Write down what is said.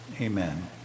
amen